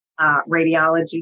radiology